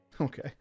Okay